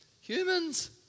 humans